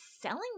selling